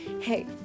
hey